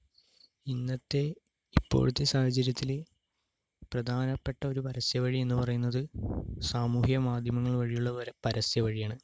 ഇന്നത്തെ ഇപ്പോഴത്തെ സാഹചര്യത്തിൽ പ്രധാനപ്പെട്ട ഒരു പരസ്യവഴി എന്ന് പറയുന്നത് സാമൂഹ്യ മാധ്യമങ്ങൾ വഴിയുള്ള പരസ്യ വഴിയാണ്